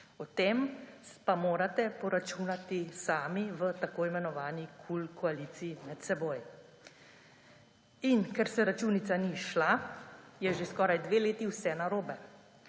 O tem pa morate poračunati sami v tako imenovani KUL koaliciji med seboj. In ker se računica ni izšla, je že skoraj dve leti vse narobe.